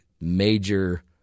major